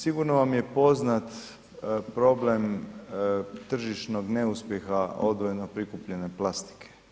Sigurno vam je poznat problem tržišnog neuspjeha odvojeno prikupljene plastike.